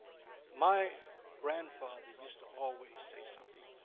my grandfather used to always say something.